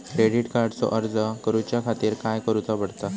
Credit कार्डचो अर्ज करुच्या खातीर काय करूचा पडता?